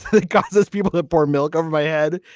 it causes people to pour milk over my head.